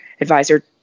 advisor